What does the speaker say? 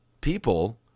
people